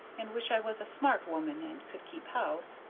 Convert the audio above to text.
and wish i was a smart woman and could keep house.